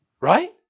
Right